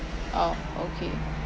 oh okay